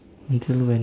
until when